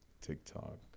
TikTok